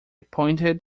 pointed